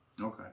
Okay